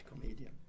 comedian